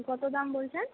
কত দাম বলছেন